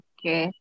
Okay